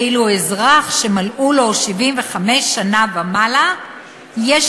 ואילו אזרח שמלאו לו 75 שנה ומעלה יש